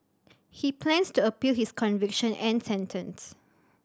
he plans to appeal his conviction and sentence